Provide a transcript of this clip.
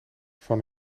van